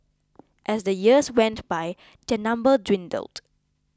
as the years went by their number dwindled